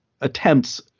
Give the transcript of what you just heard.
attempts